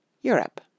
Europe